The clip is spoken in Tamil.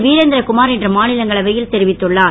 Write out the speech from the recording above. வீரேந்திரகுமார் இன்று மாநிலங்களவையில் தெரிவித்துள்ளார்